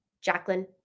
Jacqueline